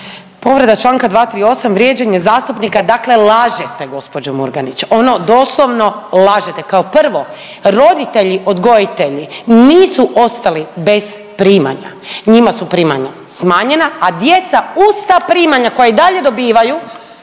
Povreda čl. 238., vrijeđanje zastupnika, dakle lažete gđo. Murganić, ono doslovno lažete. Kao prvo, roditelji odgojitelji nisu ostali bez primanja, njima su primanja smanjena, a djeca uz ta primanja koja i dalje dobivaju